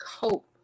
cope